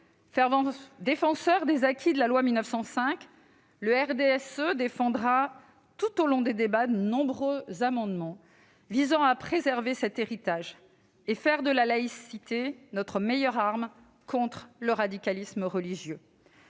défenseur des acquis de la loi de 1905, le RDSE présentera, tout au long des débats, de nombreux amendements visant à préserver cet héritage et faire de la laïcité notre meilleure arme contre le radicalisme religieux